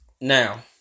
Now